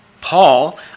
Paul